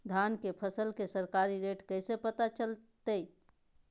धान के फसल के सरकारी रेट कैसे पता चलताय?